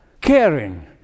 caring